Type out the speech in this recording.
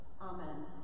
Amen